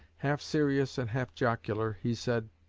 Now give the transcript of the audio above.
half serious and half jocular, he said